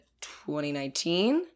2019